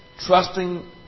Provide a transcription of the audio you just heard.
trusting